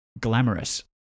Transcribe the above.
glamorous